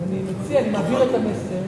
ואני מציע להעביר את המסר,